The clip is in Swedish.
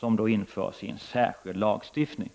Denna skall finnas i särskild lagstiftning.